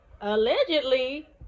allegedly